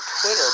twitter